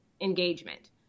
engagement